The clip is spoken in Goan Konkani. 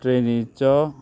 ट्रेनीचो